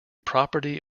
property